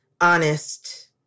honest